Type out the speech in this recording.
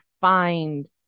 find